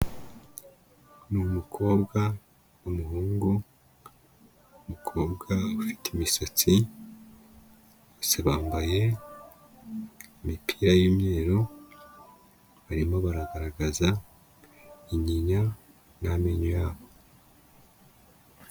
Ni umukobwa n'umuhungu, umukobwa ufite imisatsi bose bambaye imipira y'imyeru, barimo baragaragaza inyinya n'amenyo yabo.